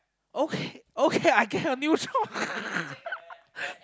okay okay I get a new job